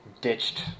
ditched